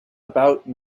about